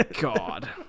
God